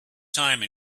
time